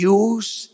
use